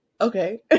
Okay